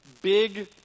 big